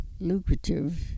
lucrative